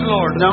Lord